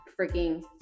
freaking